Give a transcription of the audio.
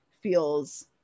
feels